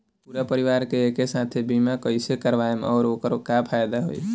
पूरा परिवार के एके साथे बीमा कईसे करवाएम और ओकर का फायदा होई?